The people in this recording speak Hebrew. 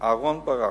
אהרן ברק.